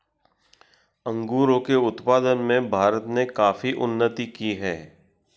अंगूरों के उत्पादन में भारत ने काफी उन्नति की है